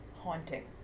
Haunting